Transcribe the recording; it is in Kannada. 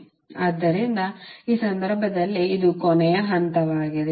ಆದ್ದರಿಂದ ಈ ಸಂದರ್ಭದಲ್ಲಿ ಇದು ಕೊನೆಯ ಹಂತವಾಗಿದೆ